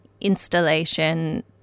installation